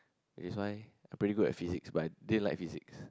that's why I pretty good in Physics but I didn't like Physics